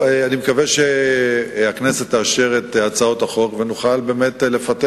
אני מקווה שהכנסת תאשר את הצעות החוק ונוכל באמת לפתח